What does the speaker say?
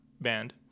band